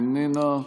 איננה,